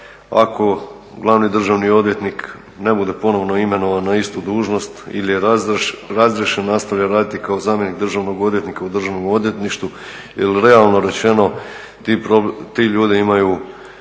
ako glavni državni odvjetnik ne bude ponovno imenovan na istu dužnost ili je razriješen nastavlja raditi kao zamjenik državnog odvjetnika u Državnom odvjetništvu jer realno rečeno ti ljudi imaju